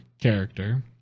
character